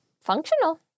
functional